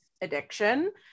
addiction